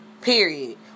Period